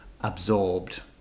absorbed